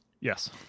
Yes